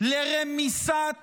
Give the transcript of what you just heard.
לרמיסת